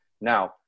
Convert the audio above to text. Now